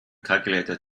calculator